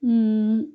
ಹ್ಞೂ